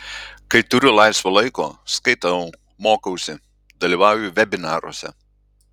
kai turiu laisvo laiko skaitau mokausi dalyvauju vebinaruose